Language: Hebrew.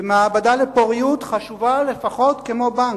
ומעבדה לפוריות חשובה לפחות כמו בנק.